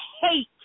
hate